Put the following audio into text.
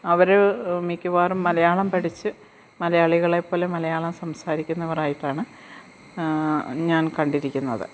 അവര് മിക്കവാറും മലയാളം പഠിച്ച് മലയാളികളെ പോലെ മലയാളം സംസാരിക്കുന്നവരായിട്ടാണ് ഞാൻ കണ്ടിരിക്കുന്നത്